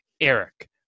Eric